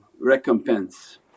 recompense